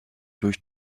durch